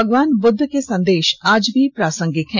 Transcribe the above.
भगवान बुद्ध के संदेश आज भी प्रासंगिक हैं